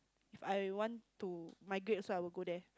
If I want to my great so I would go there